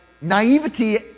naivety